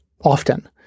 often